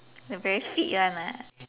the very fit [one] lah